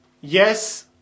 Yes